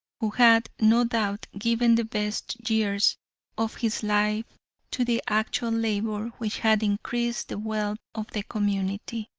who had, no doubt, given the best years of his life to the actual labor which had increased the wealth of the community.